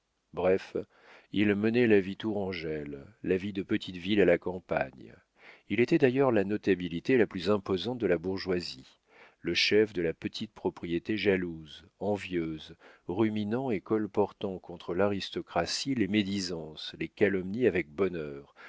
bref il menait la vie tourangelle la vie de petite ville à la campagne il était d'ailleurs la notabilité la plus imposante de la bourgeoisie le chef de la petite propriété jalouse envieuse ruminant et colportant contre l'aristocratie les médisances les calomnies avec bonheur